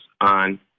on